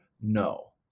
no